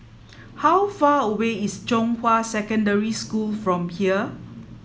how far away is Zhonghua Secondary School from here